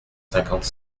cinquante